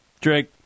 Drake